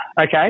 Okay